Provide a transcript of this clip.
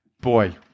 Boy